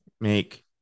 make